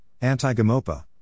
Anti-GAMOPA